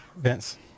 Vince